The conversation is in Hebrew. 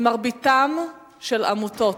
ומרביתם של עמותות,